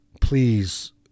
Please